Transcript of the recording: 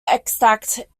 extant